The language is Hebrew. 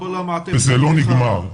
זה לא נגמר,